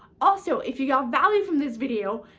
also, if you got value from this video,